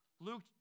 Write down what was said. Luke